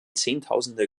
zehntausende